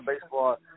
Baseball